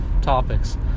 topics